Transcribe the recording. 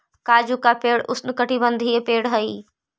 काजू का पेड़ उष्णकटिबंधीय पेड़ हई